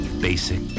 basic